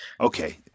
okay